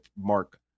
Mark